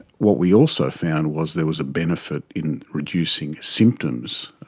what we also found was there was a benefit in reducing symptoms,